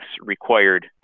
required